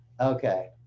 Okay